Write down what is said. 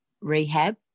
rehab